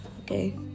Okay